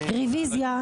רביזיה.